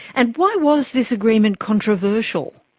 and why was this agreement controversial?